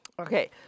Okay